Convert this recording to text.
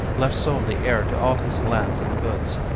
left solely heir to all his lands and goods,